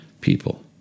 people